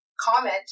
comment